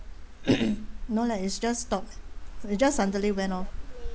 no leh it's just stopped it just suddenly went off